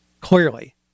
clearly